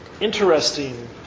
interesting